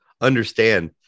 understand